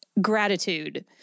gratitude